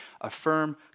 affirm